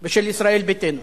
ושל ישראל ביתנו.